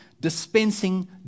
dispensing